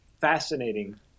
fascinating